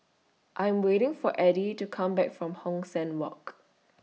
I Am waiting For Edie to Come Back from Hong San Walk